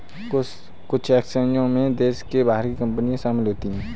कुछ एक्सचेंजों में देश के बाहर की कंपनियां शामिल होती हैं